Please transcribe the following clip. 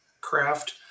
craft